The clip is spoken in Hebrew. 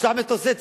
נשלח מטוסי צ'ארטר.